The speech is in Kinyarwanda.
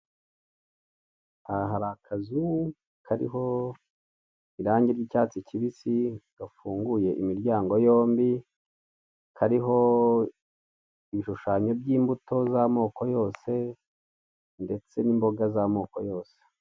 Aha hari akazu kariho irangi ry'icyatsi kibisi, gafunguye imiryango yombi, kariho ibishushanyo by'imbuto z'amoko yose ndetse n'imboga z'amoko yose